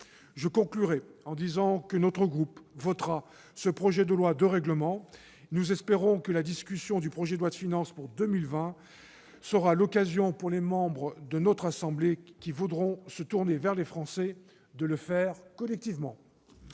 conclure, notre groupe votera ce projet de loi de règlement. Nous espérons que la discussion du projet de loi de finances pour 2020 sera l'occasion pour les membres de notre assemblée qui voudront se tourner vers les Français de le faire collectivement.